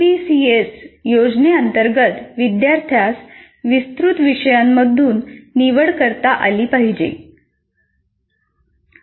CBCS योजनेअंतर्गत विद्यार्थ्यास विस्तृत विषयांमधून निवड करता आली पाहिजे